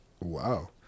Wow